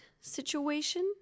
situation